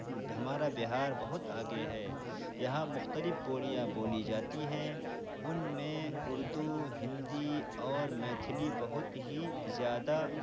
ہمارا بہار بہت آگے ہے یہاں مختلف بولیاں بولی جاتی ہیں ان میں اردو ہندی اور میتھلی بہت ہی زیادہ